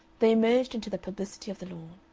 they emerged into the publicity of the lawn.